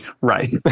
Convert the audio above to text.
right